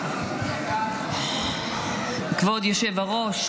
כבוד היושב-ראש,